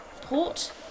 port